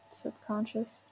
subconscious